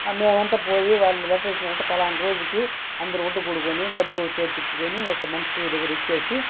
మేమంతా పోయి వాళ్ళు లెటర్ ఇచ్చినామంటే పలాన రోజుకి అందరూ వండుకొరుకొని డబ్బు చేతికి ఇచ్చుకొని ఒక మనిషి దగ్గర ఇచ్చేసి